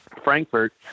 Frankfurt